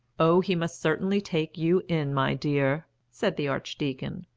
oh, he must certainly take you in, my dear, said the archdeacon.